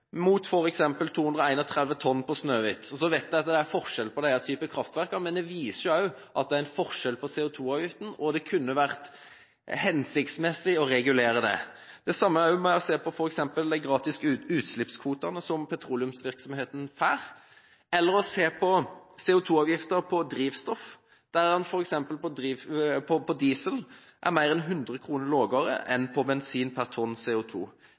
mot f.eks. 231 kr per tonn på Snøhvit. Jeg vet at det er forskjell på disse typene kraftverk, men det viser jo også at det er en forskjell på CO2-avgiften, og det kunne vært hensiktsmessig å regulere det. Det samme gjelder også når det kommer til å se på de gratis utslippskvotene petroleumsvirksomheten får, eller CO2-avgifter på drivstoff, der en f.eks. på diesel ligger mer enn 100 kr lavere enn man gjør på bensin per tonn